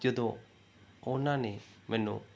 ਜਦੋਂ ਉਹਨਾਂ ਨੇ ਮੈਨੂੰ